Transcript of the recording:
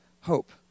hope